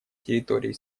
территории